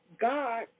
God